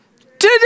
today